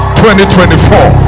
2024